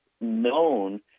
known